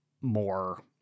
more